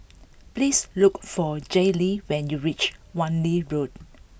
please look for Jaylee when you reach Wan Lee Road